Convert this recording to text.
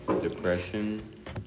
depression